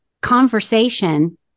conversation